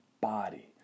body